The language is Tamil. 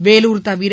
வேலூர் தவிர்